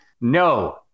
No